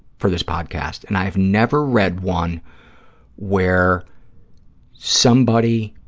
for this podcast, and i have never read one where somebody